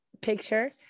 picture